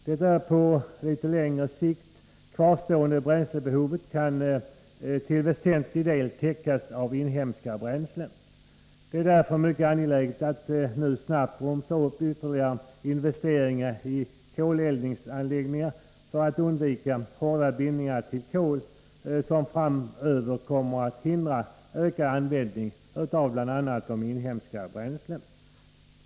Det på litet längre sikt kvarstående bränslebehovet kan till väsentlig del täckas av inhemska bränslen. Det är därför mycket angeläget att snabbt bromsa upp ytterligare investeringar i koleldningsanläggningar för att undvika hårda bindningar till kol, som framöver kommer att hindra ökad användning av bl.a. inhemska bränslen.